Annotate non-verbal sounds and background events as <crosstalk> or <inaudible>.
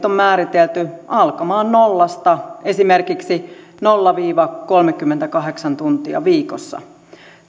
<unintelligible> on määritelty alkamaan nollasta esimerkiksi nolla viiva kolmekymmentäkahdeksan tuntia viikossa